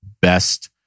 best